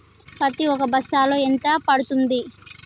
పత్తి ఒక బస్తాలో ఎంత పడ్తుంది?